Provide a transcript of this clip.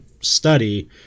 study